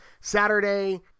Saturday